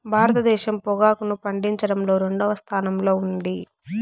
భారతదేశం పొగాకును పండించడంలో రెండవ స్థానంలో ఉంది